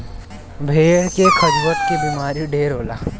भेड़ के खजुहट के बेमारी ढेर होला